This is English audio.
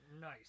Nice